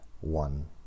one